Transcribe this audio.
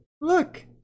look